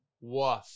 Woof